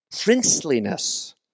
princeliness